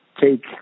take